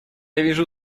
вижу